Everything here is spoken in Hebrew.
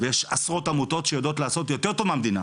ויש עשרות עמותות שיודעות לעשות יותר טוב מהמדינה,